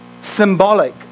symbolic